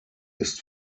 ist